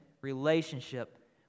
relationship